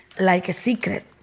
like a secret